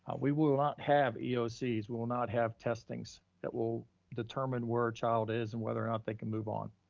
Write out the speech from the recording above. we will not have eocs, we will not have testings that will determine where our child is and whether or not they can move on.